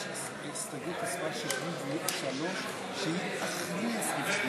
סעיפים 5 18, כהצעת הוועדה, נתקבלו.